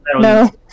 no